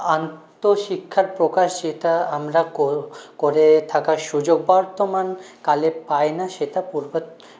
আন্ত শিক্ষার প্রকাশ যেটা আমরা কো করে থাকার সুযোগ বর্তমানকালে পাই না সেটা পুর্বে